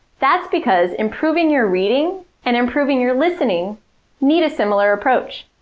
that's because improving your reading and improving your listening need a similar approach.